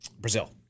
Brazil